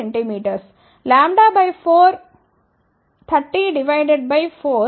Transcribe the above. λ 4 30 divided by 4 ఇది 7